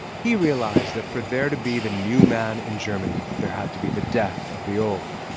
he realized that for there to be the new man in germany, there had to be the death of the old.